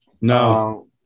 no